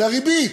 זו הריבית.